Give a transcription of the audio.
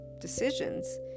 decisions